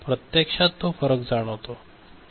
प्रत्यक्षात तो फरक जाणवतो